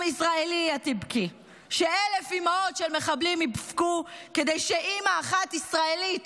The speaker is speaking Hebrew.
ומתרגמת:) ש-1,000 משפחות של מחבלים יבכו כדי שאימא אחת ישראלית